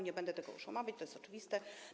Nie będę już tego omawiać, to jest oczywiste.